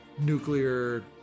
nuclear